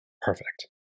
perfect